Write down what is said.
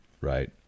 right